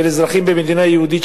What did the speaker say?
של אזרחים במדינה יהודית.